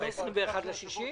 רבה, אדוני יושב-ראש הכנסת.